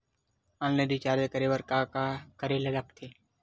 Online recharge करे बर का का करे ल लगथे?